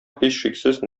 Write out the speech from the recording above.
һичшиксез